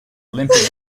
olympic